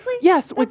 yes